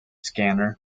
scanner